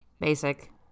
Basic